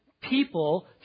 people